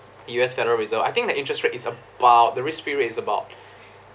U_S federal reserve I think the interest rate is about the risk free rate is about